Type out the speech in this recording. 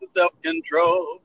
self-control